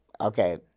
Okay